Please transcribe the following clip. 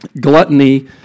Gluttony